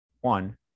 one